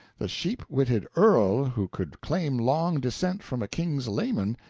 the sheep-witted earl who could claim long descent from a king's leman,